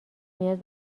نیاز